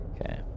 Okay